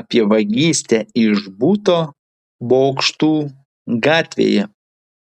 apie vagystę iš buto bokštų gatvėje